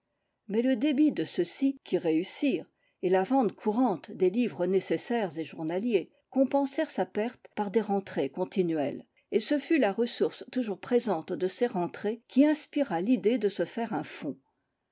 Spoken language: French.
mais le débit de ceux qui réussirent et la vente courante des livres nécessaires et journaliers compensèrent sa perte par des rentrées continuelles et ce fut la ressource toujours présente de ces rentrées qui inspira l'idée de se faire un fonds